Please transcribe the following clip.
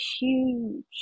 huge